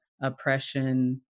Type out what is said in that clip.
oppression